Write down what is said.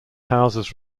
houses